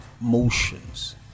motions